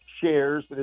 shares